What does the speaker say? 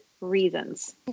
reasons